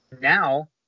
now